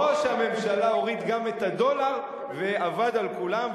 ראש הממשלה הוריד גם את הדולר ועבד על כולם,